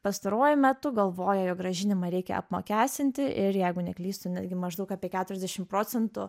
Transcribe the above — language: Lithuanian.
pastaruoju metu galvoja jog grąžinimą reikia apmokestinti ir jeigu neklystu netgi maždaug apie keturiasdešim procentų